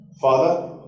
Father